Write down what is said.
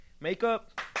Makeup